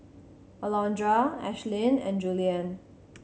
Alondra Ashlyn and Juliann